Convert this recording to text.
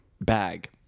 bag